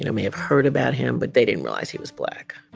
you know may have heard about him, but they didn't realize he was black.